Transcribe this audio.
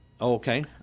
Okay